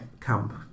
camp